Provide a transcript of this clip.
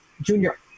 junior